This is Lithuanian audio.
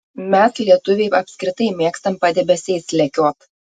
mes lietuviai apskritai mėgstam padebesiais lekiot